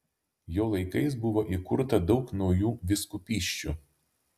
jo laikais buvo įkurta daug naujų vyskupysčių